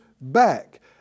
back